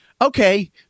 okay